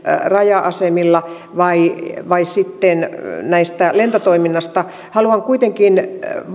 raja asemilla vai vai sitten vähennyksillä tästä lentotoiminnasta haluan kuitenkin